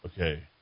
Okay